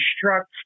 construct